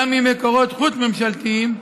גם ממקורות חוץ-ממשלתיים,